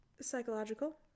psychological